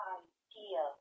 idea